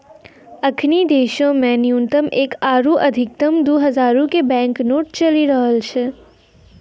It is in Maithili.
अखनि देशो मे न्यूनतम एक आरु अधिकतम दु हजारो के बैंक नोट चलि रहलो छै